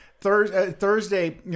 Thursday